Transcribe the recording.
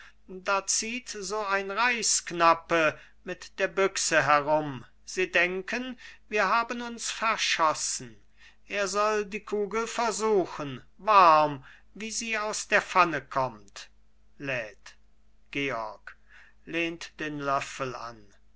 da zieht so ein reichsknappe mit der büchse herum sie denken wir haben uns verschossen er soll die kugel versuchen warm wie sie aus der pfanne kommt lädt georg